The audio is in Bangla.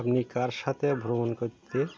আপনি কার সাথে ভ্রমণ করতে